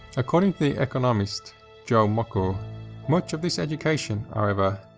according to the economist joel mokyr much of this education, however,